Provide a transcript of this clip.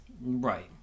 Right